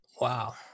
Wow